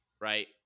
Right